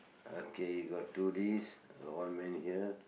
okay you got to do this got one man here